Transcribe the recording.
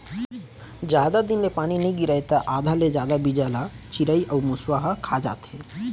जादा दिन ले पानी नइ गिरय त आधा ले जादा बीजा ल चिरई अउ मूसवा ह खा जाथे